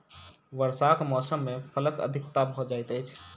वर्षाक मौसम मे फलक अधिकता भ जाइत अछि